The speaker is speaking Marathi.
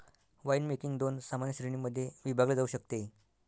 वाइनमेकिंग दोन सामान्य श्रेणीं मध्ये विभागले जाऊ शकते